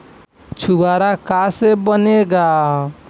छुआरा का से बनेगा?